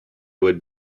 would